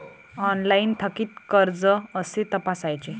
Online थकीत कर्ज कसे तपासायचे?